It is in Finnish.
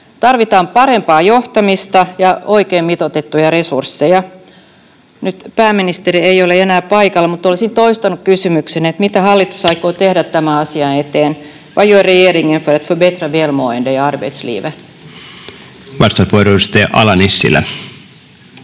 Tarvitaan parempaa johtamista ja oikein mitoitettuja resursseja. Nyt pääministeri ei ole enää paikalla, mutta olisin toistanut kysymyksen: mitä hallitus aikoo tehdä tämän asian eteen? Vad gör regeringen för att